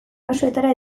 basoetara